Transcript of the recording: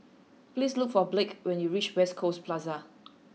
please look for Blake when you reach West Coast Plaza